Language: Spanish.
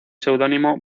seudónimo